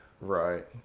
Right